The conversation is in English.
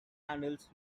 handles